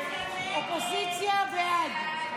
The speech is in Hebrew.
הסתייגות 654 לא נתקבלה.